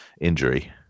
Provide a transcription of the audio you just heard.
injury